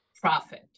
profit